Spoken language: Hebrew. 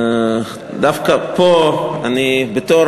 דווקא פה, בתור